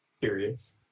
curious